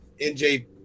NJ